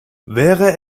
wäre